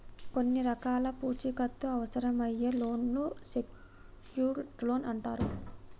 కొన్ని రకాల పూచీకత్తు అవసరమయ్యే లోన్లను సెక్యూర్డ్ లోన్లు అంటరు